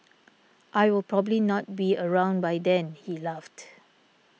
I will probably not be around by then he laughed